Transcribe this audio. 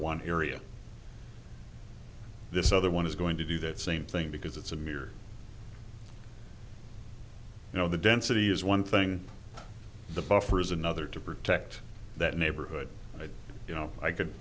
one area this other one is going to do that same thing because it's a mere you know the density is one thing the buffer is another to protect that neighborhood but you know i could